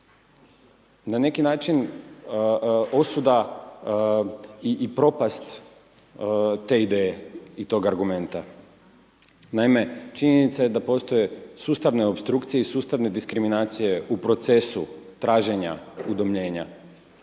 na neki način osuda i propast te ideje i tog argumenta. Naime, činjenica je da postoje sustavne opstrukcije i sustavne diskriminacije u procesu traženja udomljenja